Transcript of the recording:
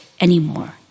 anymore